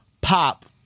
pop